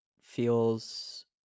feels